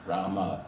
Rama